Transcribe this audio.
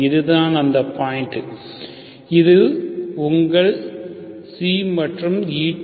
இதுதான் அந்த பாயிண்ட் இது உங்கள் ξ மற்றும் η